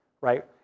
right